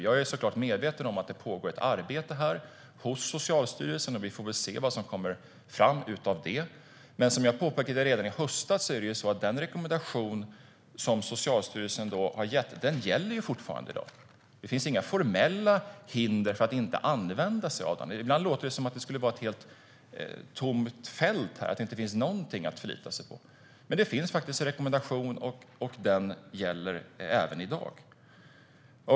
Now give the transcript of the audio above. Jag är medveten om att det pågår ett arbete hos Socialstyrelsen. Vi får väl se vad som kommer fram av det arbetet. Men som jag påpekade redan i höstas i fråga om den rekommendation som Socialstyrelsen då gav - och den gäller fortfarande i dag - finns det inga formella hinder mot att använda sig av den. Ibland låter det som att det skulle vara ett helt tomt fält, att det inte finns någonting att förlita sig på. Det finns faktiskt en rekommendation, och den gäller även i dag.